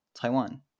Taiwan